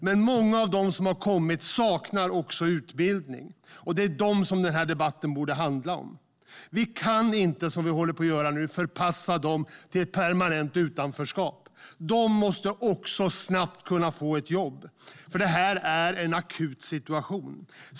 Men många av dem som har kommit saknar utbildning, och det är dem som den här debatten borde handla om. Vi kan inte, som vi håller på att göra nu, förpassa dem till ett permanent utanförskap. De måste också snabbt kunna få ett jobb, för det här är en akut situation.